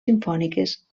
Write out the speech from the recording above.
simfòniques